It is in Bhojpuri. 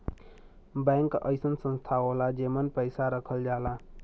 बैंक अइसन संस्था होला जेमन पैसा रखल जाला